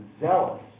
zealous